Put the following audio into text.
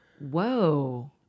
Whoa